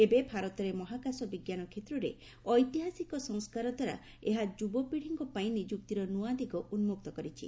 ଏବେ ଭାରତରେ ମହାକାଶ ବିଜ୍ଞାନ କ୍ଷେତ୍ରରେ ଐତିହାସିକ ସଂସ୍କାର ଦ୍ୱାରା ଏହା ଯୁବପିଡିଙ୍କ ପାଇଁ ନିଯୁକ୍ତିର ନୂଆ ଦିଗ ଉନ୍କକ୍ତ କରିଛି